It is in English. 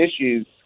issues